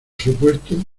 supuesto